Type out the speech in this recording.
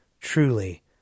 Truly